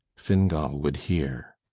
fingal would hear.